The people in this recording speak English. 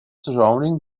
surrounding